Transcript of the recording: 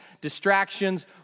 distractions